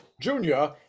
Junior